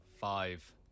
Five